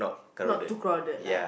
not too crowded lah